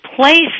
place